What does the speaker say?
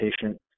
patient